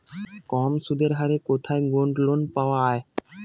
কম সুদের হারে কোথায় গোল্ডলোন পাওয়া য়ায়?